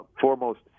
foremost